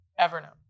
Evernote